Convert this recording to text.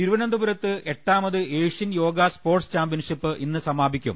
തിരുവനന്തപുരത്ത് എട്ടാമത് Asian yoga sports championship ഇന്ന് സമാപിക്കും